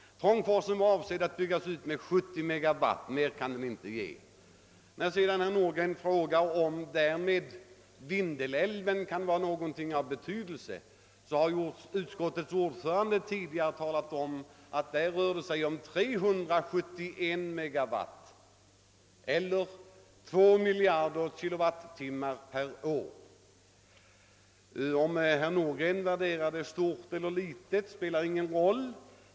Trångforsen var avsedd att byggas ut med 70 MW; mer kan den inte ge. Herr Nordgren frågade om Vindelälven därmed kan vara av någon betydelse. Utskottets ordförande har tidigare talat om att där rör det sig om 371 MW eller två miljarder kWh per år. Om herr Nordgren värderar detta stort eller litet spelar ingen roll.